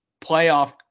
playoff